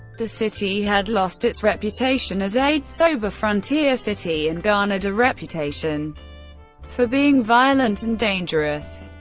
the city had lost its reputation as a sober frontier city and garnered a reputation for being violent and dangerous.